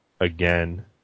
Again